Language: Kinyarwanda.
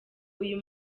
uyu